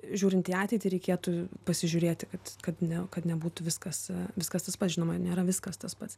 žiūrint į ateitį reikėtų pasižiūrėti kad kad ne kad nebūtų viskas viskas tas pats žinoma nėra viskas tas pats